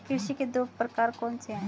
कृषि के दो प्रकार कौन से हैं?